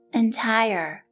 entire